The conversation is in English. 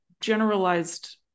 generalized